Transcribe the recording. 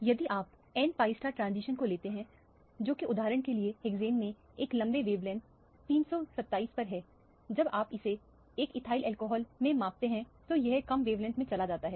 यदि आप n pi transition को लेते हैं जो कि उदाहरण के लिए हेक्सेन में एक लंबे वेवलेंथ 327 पर है जब आप इसे एक इथाइल अल्कोहल में मापते हैं तो यह कम वेवलेंथ में चला जाता है